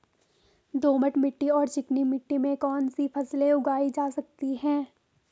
दोमट मिट्टी और चिकनी मिट्टी में कौन कौन सी फसलें उगाई जा सकती हैं?